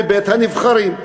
מבית-הנבחרים.